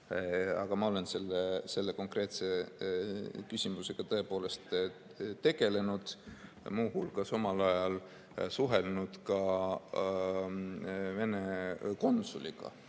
Aga ma olen selle konkreetse küsimusega tõepoolest tegelenud ja muu hulgas omal ajal suhelnud ka Vene konsuliga